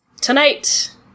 tonight